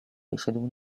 wyszedł